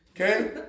okay